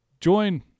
join